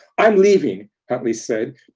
i'm leaving, huntley said,